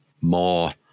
more